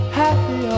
happy